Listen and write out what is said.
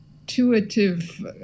intuitive